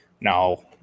No